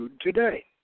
today